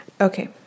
Okay